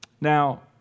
Now